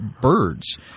birds